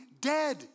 dead